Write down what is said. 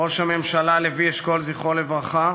ראש הממשלה לוי אשכול, זכרו לברכה,